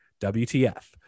WTF